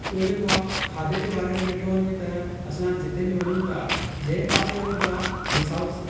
ॿियो जेको आ खाधे जे बारे में ॾिठो वञे त असां जिते बि वञू था जंहिं पासे वञू था जीअं साउथ